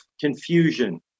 confusion